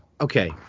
okay